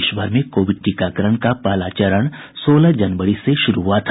देश भर में कोविड टीकाकरण का पहला चरण सोलह जनवरी से शुरू हुआ था